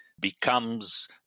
becomes